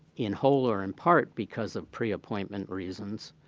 in whole or in part because of pre-appointment reasons,